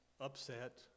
upset